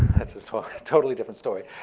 that's a so totally different story.